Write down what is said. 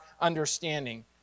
understanding